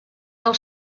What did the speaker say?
del